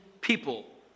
people